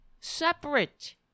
separate